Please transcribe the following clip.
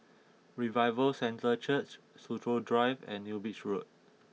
Revival Centre Church Soo Chow Drive and New Bridge Road